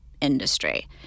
industry